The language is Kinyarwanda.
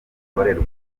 ikorerwa